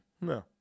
No